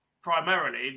primarily